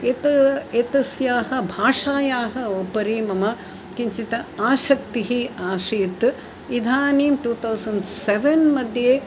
यत् एतस्याः भाषायाः उपरि मम किञ्चित् आसक्तिः आसीत् इदानीं तुथौसन् सेवेन्मध्ये